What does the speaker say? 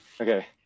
Okay